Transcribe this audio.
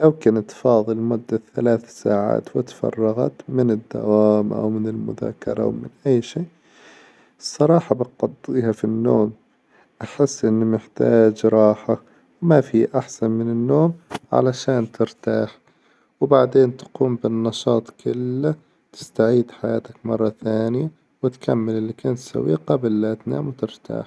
لو كانت فاظي لمده ثلاث ساعات وتفرغت من الدوام أو من المذاكرة أو من أي شي، الصراحة بقظيها في النوم، أحس إني محتاج راحة وما في أحسن من النوم علشان ترتاح، وبعدين تقوم بالنشاط كله تستعيد حياتك مرة ثانية، وتكمل إللي كنت تسوي قبل لاتنام وترتاح.